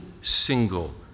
single